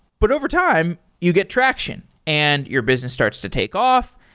but overtime, you get traction, and your business starts to take off.